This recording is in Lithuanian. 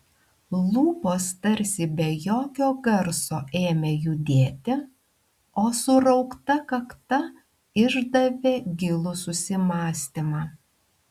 lūpos tarsi be jokio garso ėmė judėti o suraukta kakta išdavė gilų susimąstymą